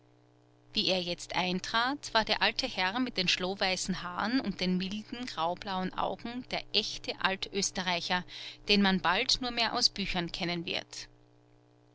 wie er jetzt eintrat war der alte herr mit den schlohweißen haaren und den milden graublauen augen der echte altösterreicher den man bald nur mehr aus büchern kennen wird